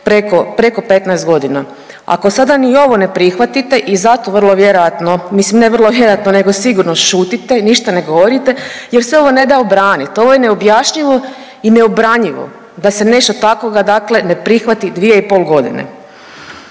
preko 15 godina. Ako sada ni ovo ne prihvatite i zato vrlo vjerojatno, mislim ne vrlo vjerojatno nego sigurno šutite i ništa ne govorite jer se ovo ne da obranit. Ovo je neobjašnjivo i neobranjivo da se nešto takvoga dakle ne prihvati 2,5 godine.